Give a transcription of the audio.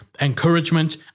encouragement